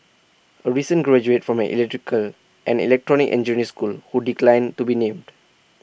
A recent graduate from the electrical and electronic engineer school who declined to be named